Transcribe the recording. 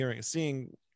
seeing